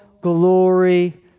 glory